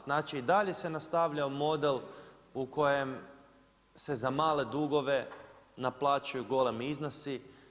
Znači i dalje se nastavljao model u kojem se za male dugove naplaćuju golemi iznosi.